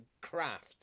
craft